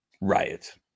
riot